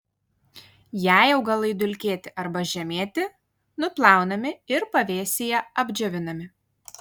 jei augalai dulkėti arba žemėti nuplaunami ir pavėsyje apdžiovinami